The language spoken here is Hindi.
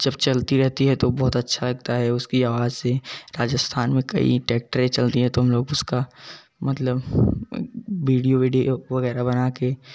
जब चलती रहती है तो बहुत अच्छा लगता है उसकी आवाज से राजस्थान में कई ट्रैक्टरे चलती है तो हम लोग उसका मतलब विडियो विडो पो वगैरह बनाके